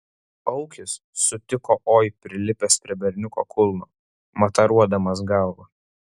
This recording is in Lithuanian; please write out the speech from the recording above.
aukis sutiko oi prilipęs prie berniuko kulno mataruodamas galva